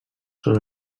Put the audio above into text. són